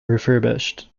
refurbished